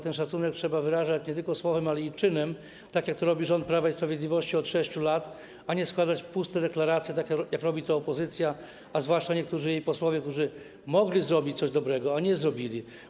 Taki szacunek trzeba wyrażać nie tylko słowem, ale i czynem, tak jak to robi rząd Prawa i Sprawiedliwości od 6 lat, a nie składać puste deklaracje, jak robi to opozycja, a zwłaszcza niektórzy jej posłowie, którzy mogli zrobić coś dobrego, a nie zrobili.